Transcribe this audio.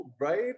Right